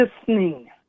listening